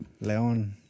Leon